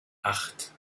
acht